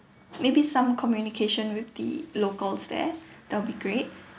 maybe some communication with the locals there will be great